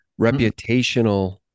reputational